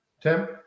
Tim